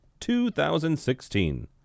2016